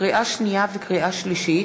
לקריאה שנייה ולקריאה שלישית: